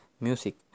music